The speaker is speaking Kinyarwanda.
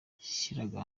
yashyiraga